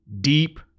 deep